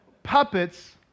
puppets